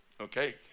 okay